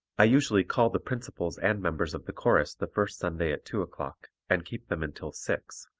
i usually call the principals and members of the chorus the first sunday at two o'clock, and keep them until six,